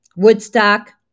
Woodstock